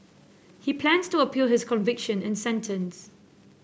he plans to appeal his conviction and sentence